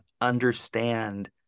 understand